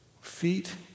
Feet